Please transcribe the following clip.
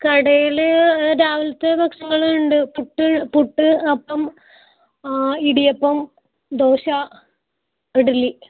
കടയിൽ രാവിലത്തെ ഭക്ഷണങ്ങൾ ഉണ്ട് പുട്ട് പുട്ട് അപ്പം ഇടിയപ്പം ദോശ ഇഡലി